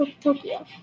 Tokyo